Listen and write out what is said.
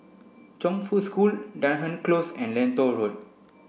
Chongfu School Dunearn Close and Lentor Road